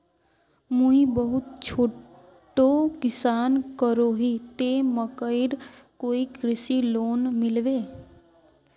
मुई बहुत छोटो किसान करोही ते मकईर कोई कृषि लोन मिलबे?